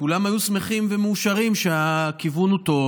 כולם היו שמחים ומאושרים שהכיוון הוא טוב,